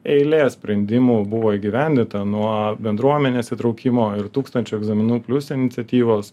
eilė sprendimų buvo įgyvendinta nuo bendruomenės įsitraukimo ir tūkstančio egzaminų plius iniciatyvos